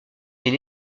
est